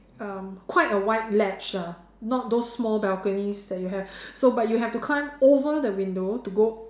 um quite a wide ledge ah not those small balconies that you have so but you have to climb over the window to go